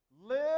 Live